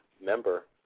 member